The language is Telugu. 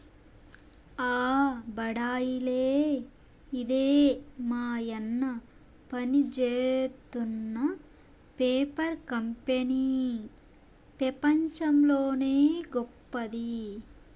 ఆ బడాయిలే ఇదే మాయన్న పనిజేత్తున్న పేపర్ కంపెనీ పెపంచంలోనే గొప్పది